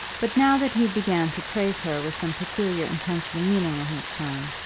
but now that he began to praise her with some peculiar intention of meaning in his tone,